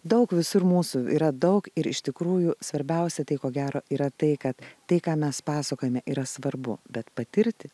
daug visur mūsų yra daug ir iš tikrųjų svarbiausia tai ko gero yra tai kad tai ką mes pasakojame yra svarbu bet patirti